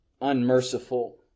unmerciful